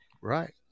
right